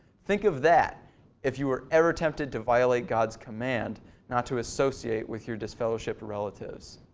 think of that if you are ever tempted to violate god's command not to associate with your disfellowshipped relatives.